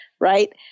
right